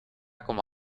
como